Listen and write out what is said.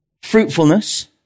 Fruitfulness